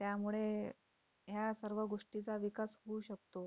त्यामुळे या सर्व गोष्टीचा विकास होऊ शकतो